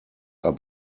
are